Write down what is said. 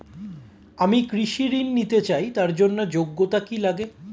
আমি কৃষি ঋণ নিতে চাই তার জন্য যোগ্যতা কি লাগে?